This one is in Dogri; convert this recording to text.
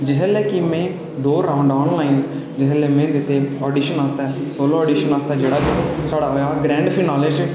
जिसलै में दो राउंड़ ऑनलाइन जिसलै में दित्ते ऑडिशन आस्तै सोलो ऑडिशन आस्तै साढ़े जेह्ड़े कि ग्रैड़ं फिनाले च